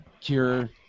cure